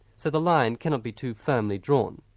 so the line cannot be too firmly drawn.